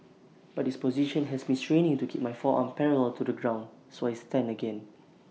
but this position has me straining to keep my forearm parallel to the ground so I stand again